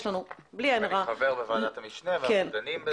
יש לנו בלי עין הרע --- חבר בוועדת המשנה ואנחנו דנים בזה.